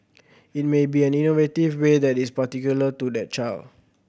it may be an innovative way that is particular to that child